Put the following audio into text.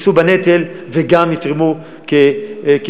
יישאו בנטל וגם יתרמו כתורמים,